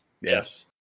Yes